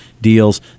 deals